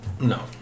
No